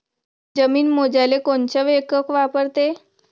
जमीन मोजाले कोनचं एकक वापरते?